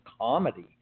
comedy